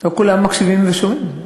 לא כולם מקשיבים ושומעים.